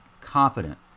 confident